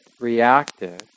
reactive